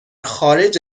خارج